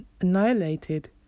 annihilated